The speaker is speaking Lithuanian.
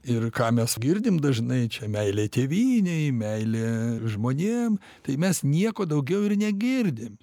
ir ką mes girdim dažnai čia meilė tėvynei meilė žmonėm tai mes nieko daugiau ir negirdim